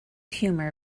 humor